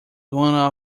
one